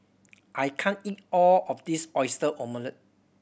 I can't eat all of this Oyster Omelette